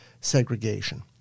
segregation